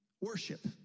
worship